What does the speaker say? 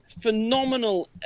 phenomenal